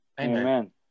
Amen